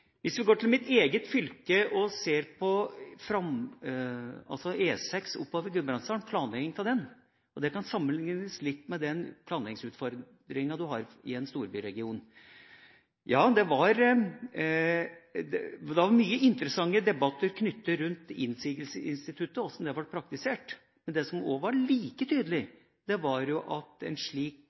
Hvis vi går til mitt eget fylke og ser på planlegginga av E6 oppover Gudbrandsdalen, kan det sammenliknes litt med den planleggingsutfordringa du har i en storbyregion. Ja, det var mange interessante debatter knyttet til innsigelsesinstituttet – hvordan det ble praktisert. Det som var like tydelig, var at en slik